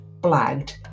blagged